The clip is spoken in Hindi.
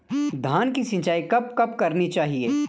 धान की सिंचाईं कब कब करनी चाहिये?